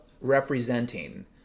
representing